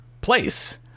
place